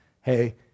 hey